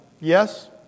yes